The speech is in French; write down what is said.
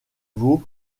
vaut